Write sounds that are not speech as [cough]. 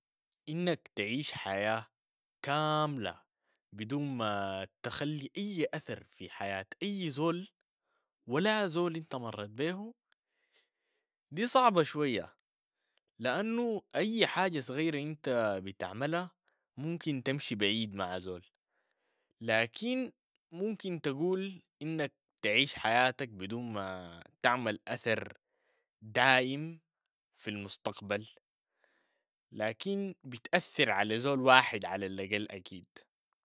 انك تعيش حياة كاملة بدون ما [hesitation] تخلي اي اثر في حياة اي زول ولا زول انت مرت بيهو دي صعبة شوية، لانو اي حاجة صغيرة انت بتعملها ممكن تمشي بعيد مع زول، لكن ممكن تقول انك تعيش حياتك بدون ما تعمل اثر دائم في المستقبل، لكن بتأثر على زول واحد على الاقل اكيد.